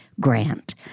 grant